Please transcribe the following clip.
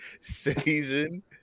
season